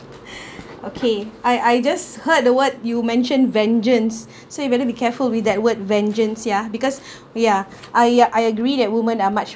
okay I I just heard the what you mentioned vengeance so you better be careful with that word vengeance yeah because yeah I I agree that women are much